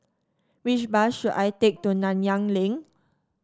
which bus should I take to Nanyang Link